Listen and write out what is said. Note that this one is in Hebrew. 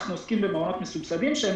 אנחנו עוסקים במעונות מסובסדים.